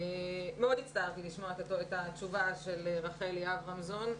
מאוד הצטערתי לשמוע את תשובתה של רחלי אברמזון,